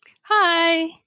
Hi